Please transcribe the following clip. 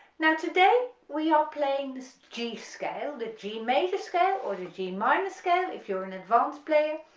now today we are playing this g scale, the g major scale or the g minor scale if you're an advanced player,